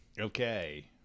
Okay